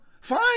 fine